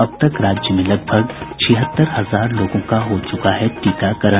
अब तक राज्य में लगभग छिहत्तर हजार लोगों का हो चुका है टीकाकरण